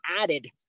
added